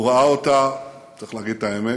והוא ראה אותה, צריך להגיד את האמת,